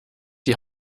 die